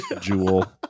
Jewel